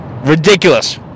Ridiculous